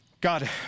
God